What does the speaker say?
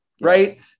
Right